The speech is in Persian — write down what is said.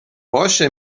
باشه